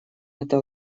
это